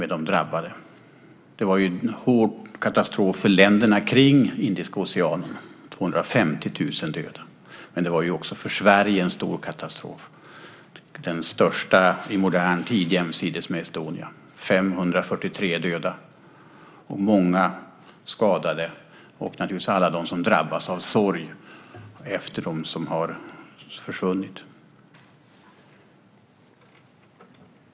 Det var en svår katastrof för länderna kring Indiska Oceanen, med 250 000 döda, men det var också en katastrof för Sverige - den största i modern tid jämsides med Estonia, med 543 döda och många skadade och naturligtvis väldigt många som drabbas av sorg efter dem som har försvunnit.